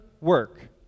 work